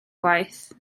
gwaith